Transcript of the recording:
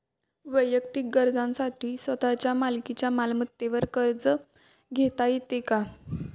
वैयक्तिक गरजांसाठी स्वतःच्या मालकीच्या मालमत्तेवर कर्ज घेता येतो का?